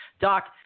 Doc